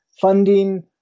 funding